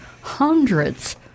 hundreds